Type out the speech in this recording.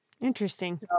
Interesting